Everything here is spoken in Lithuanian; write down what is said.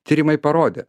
tyrimai parodė